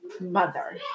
mother